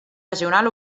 regional